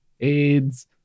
Aids